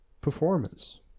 performance